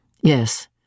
Yes